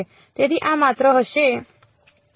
તેથી આ માત્ર હશે